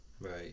Right